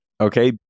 Okay